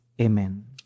Amen